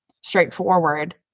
straightforward